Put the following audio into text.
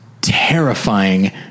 terrifying